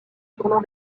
tournant